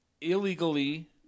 illegally